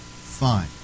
fine